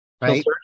right